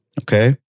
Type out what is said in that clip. Okay